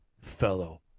fellow